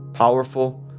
Powerful